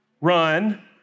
run